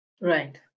right